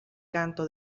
canto